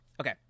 okay